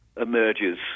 emerges